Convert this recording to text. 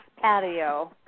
patio